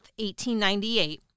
1898